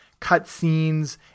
cutscenes